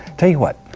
tell you what,